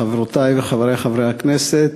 חברותי וחברי חברי הכנסת,